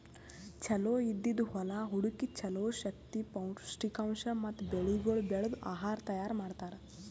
ಚಲೋ ಇದ್ದಿದ್ ಹೊಲಾ ಹುಡುಕಿ ಚಲೋ ಶಕ್ತಿ, ಪೌಷ್ಠಿಕಾಂಶ ಮತ್ತ ಬೆಳಿಗೊಳ್ ಬೆಳ್ದು ಆಹಾರ ತೈಯಾರ್ ಮಾಡ್ತಾರ್